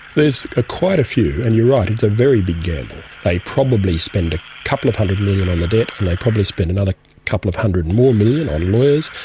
there's ah quite a few, and you're right, it's a very big gamble. they probably spend a couple of hundred million on the debt and they probably spend another couple of hundred more million on lawyers,